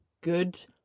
good